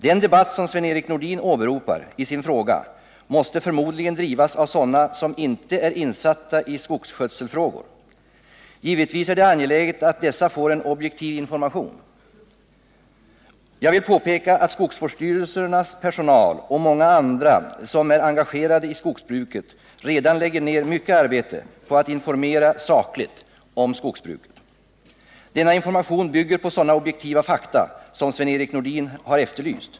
Den debatt som Sven-Erik Nordin åberopar i sin fråga måste förmodligen drivas av sådana som inte är insatta i skogsskötselfrågor. Givetvis är det angeläget att dessa får en objektiv information. Jag vill påpeka att skogsvårdsstyrelsernas personal och många andra som är engagerade i skogsbruket redan lägger ner mycket arbete på att informera sakligt om skogsbruket. Denna information bygger på sådana objektiva fakta som Sven-Erik Nordin har efterlyst.